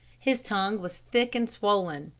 his tongue was thick and swollen.